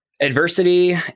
adversity